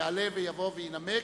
יעלה ויבוא וינמק.